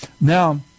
Now